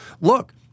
Look